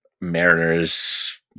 Mariners